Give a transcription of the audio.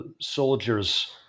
soldiers